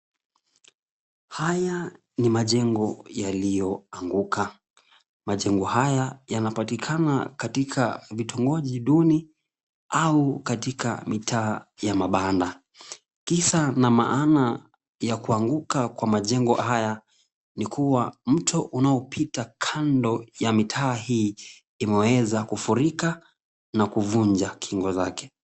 Haya ni majengo yaliyoanguka. Majengo haya yanapatikana katika vitongoji duni au katika mitaa ya mabanda. Kisa na maana ya kuanguka kwa majengo haya, ni kuwa mto unaopita kando ya mitaa hii imeweza kufurika na kuvunja kingo zake.